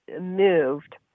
moved